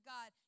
God